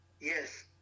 yes